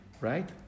right